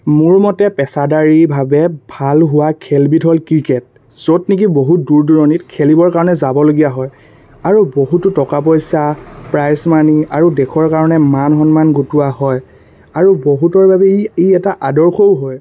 মোৰ মতে পেছাদাৰীভাৱে ভাল হোৱা খেলবিধ হ'ল ক্ৰিকেট য'ত নেকি বহুত দূৰ দূৰণিত খেলিবৰ কাৰণে যাবলগীয়া হয় আৰু বহুতো টকা পইচা প্ৰাইজ মানি আৰু দেশৰ কাৰণে মান সন্মান গোটোৱা হয় আৰু বহুতৰ বাবে ই ই এটা আদৰ্শও হয়